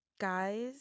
guys